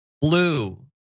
blue